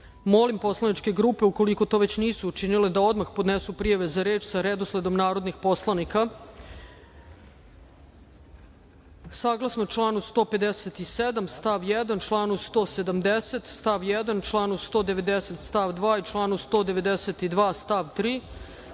grupe. Molim poslaničke grupe ukoliko to već nisu učinile da odmah podnesu prijave za reč sa redosledom narodnih poslanika. Saglasno članu 157. stav 1, članu 170. stav 1, članu 190. stav 2. i članu 192. stav 3.